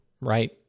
right